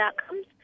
outcomes